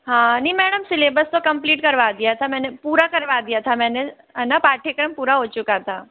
हाँ नहीं madam syllabus तो कम्प्लीट करवा दिया था मैंने पूरा करवा दिया था मैंने है ना पाठ्यक्रम पूरा हो चुका था